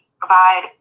provide